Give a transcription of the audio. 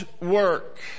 work